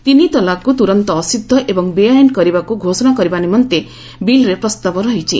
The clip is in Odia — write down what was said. ତିନି ତଲାକ୍କୁ ତୁରନ୍ତ ଅସିଦ୍ଧ ଏବଂ ବେଆଇନ୍ କରିବାକୁ ଘୋଷଣା କରିବା ନିମନ୍ତେ ବିଲ୍ରେ ପ୍ରସ୍ତାବ ରହିଛି